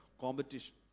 competition